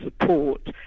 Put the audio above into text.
support